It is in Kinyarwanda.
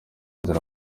nzira